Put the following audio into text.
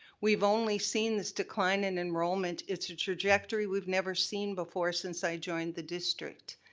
we've only seen this decline in enrollment. it's a trajectory we've never seen before since i joined the district.